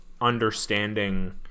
understanding